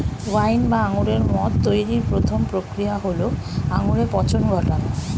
wine বা আঙুরের মদ তৈরির প্রথম প্রক্রিয়া হল আঙুরে পচন ঘটানো